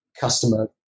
customer